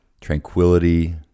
tranquility